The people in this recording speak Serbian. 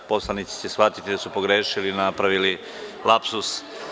Poslanici će shvatiti da su pogrešili i napravili lapsus.